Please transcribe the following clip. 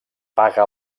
paga